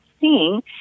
seeing